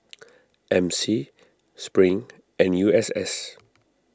M C Spring and U S S